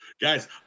guys